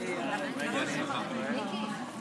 "אשת חיל מי ימצא ורחוק מפנינים מכרה,